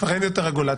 כבר אין יותר רגולציה.